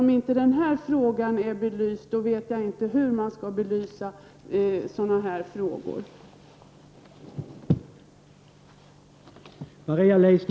Om denna fråga inte anses vara belyst vet jag faktiskt inte hur sådana här frågor skall belysas.